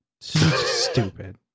Stupid